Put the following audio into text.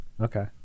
Okay